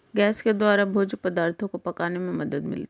gas के द्वारा भोज्य पदार्थो को पकाने में मदद मिलती है